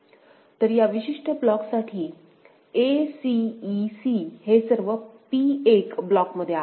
तर या विशिष्ट ब्लॉकसाठी a c e c हे सर्व P 1 ब्लॉकमध्ये आहेत